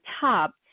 top